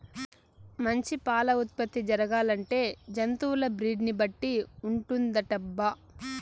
మంచి పాల ఉత్పత్తి జరగాలంటే జంతువుల బ్రీడ్ ని బట్టి ఉంటుందటబ్బా